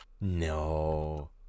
No